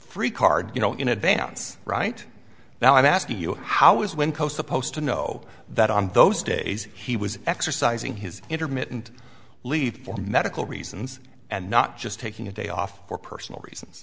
free card you know in advance right now i'm asking you how is winco supposed to know that on those days he was exercising his intermittent leave for medical reasons and not just taking a day off for personal reasons